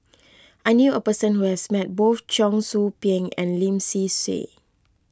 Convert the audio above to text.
I knew a person who has met both Cheong Soo Pieng and Lim Swee Say